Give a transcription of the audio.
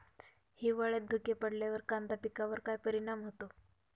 हिवाळ्यात धुके पडल्यावर कांदा पिकावर काय परिणाम होतो?